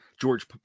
George